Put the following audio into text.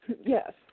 Yes